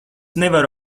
nevaru